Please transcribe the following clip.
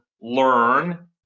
learn